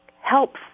helps